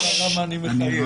אתה שואל למה אני מחייך.